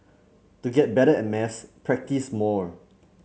to get better at maths practise more